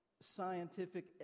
scientific